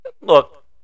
look